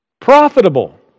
profitable